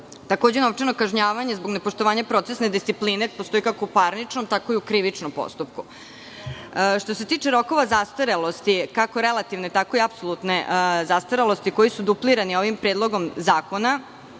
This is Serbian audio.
Takođe novčano kažnjavanje zbog nepoštovanja procesne discipline postoji, kako u parničnom tako i u krivičnom postupku. Što se tiče rokova zastarelosti, kako relativne, tako i apsolutne zastarelosti, koji su duplirani ovim predlogom zakona,